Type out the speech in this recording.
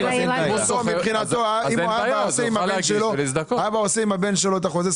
הסתייגות מספר 52. שיסגרו לאסירים בכלא את המים החמים.